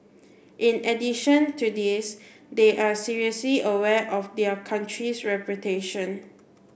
in addition to this they are seriously aware of their country's reputation